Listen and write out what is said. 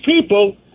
people